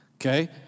Okay